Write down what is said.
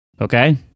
Okay